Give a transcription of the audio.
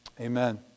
Amen